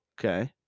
Okay